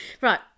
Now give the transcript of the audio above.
Right